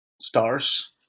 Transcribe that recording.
stars